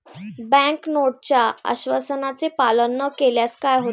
Bank नोटच्या आश्वासनाचे पालन न केल्यास काय होते?